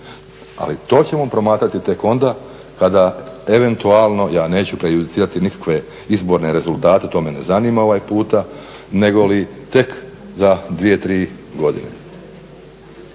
Ali to ćemo promatrati tek onda kada eventualno, ja neću prejudicirati nikakve izborne rezultate to me ne zanima ovaj puta negoli tek za dvije, tri godine.